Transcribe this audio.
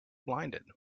blinded